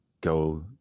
go